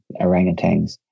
orangutans